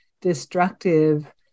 destructive